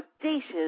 audacious